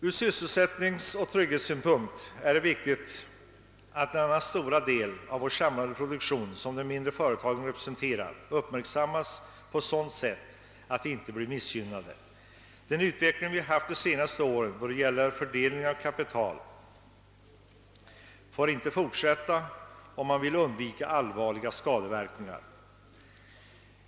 Ur sysselsättningsoch trygghetssynpunkt är det viktigt att den stora del av vår samlade produktion som de mindre företagen representerar inte missgynnas. Den utveckling som vi har haft på senare år då det gällt fördelning av kapitalet får inte fortsätta om man vill undvika allvarliga skadeverkningar.